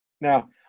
Now